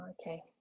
Okay